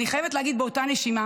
אני חייבת להגיד באותה נשימה